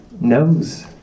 knows